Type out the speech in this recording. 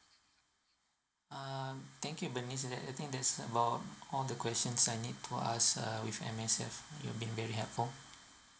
um thank you bernice I think that's about all the questions I need to ask uh with M_S_F you have been they helpful